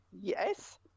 yes